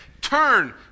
turn